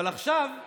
אבל עכשיו,